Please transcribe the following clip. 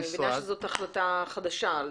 אני מבינה שזאת החלטה חדשה.